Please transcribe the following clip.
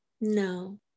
No